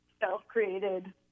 self-created